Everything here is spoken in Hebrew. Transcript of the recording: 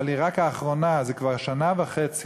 אבל היא רק האחרונה: זה כבר שנה וחצי